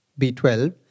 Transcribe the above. B12